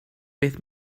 beth